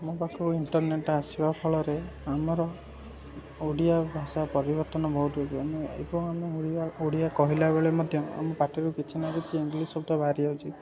ମୋ ପାଖକୁ ଇଣ୍ଟରନେଟ୍ ଆସିବା ଫଳରେ ଆମର ଓଡ଼ିଆ ଭାଷା ପରିବର୍ତ୍ତନ ବହୁତ ହେଉଛି ଏବଂ ଓଡ଼ିଆ କହିଲା ବେଳେ ମଧ୍ୟ ପାଟିରୁ କିଛି ନ କିଛି ଇଙ୍ଗ୍ଲିଶ୍ ଶବ୍ଦ ବାହାରି ଯାଉଛି